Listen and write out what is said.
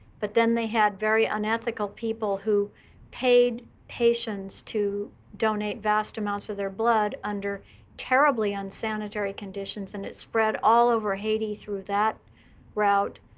but then they had very unethical people who paid haitians to donate vast amounts of their blood under terribly unsanitary conditions, and it spread all over haiti through that route.